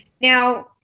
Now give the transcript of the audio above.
Now